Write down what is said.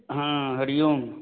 हा हरिः ओम्